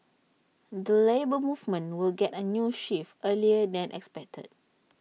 the Labour Movement will get A new chief earlier than expected